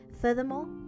Furthermore